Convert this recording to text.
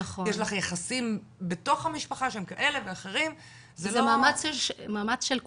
יש לך יחסים בתוך המשפחה שהם כאלה ואחרים זה לא זה מאמץ של כולנו,